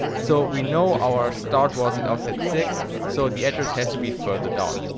so we know our start was at offset six, so the address has to be further down.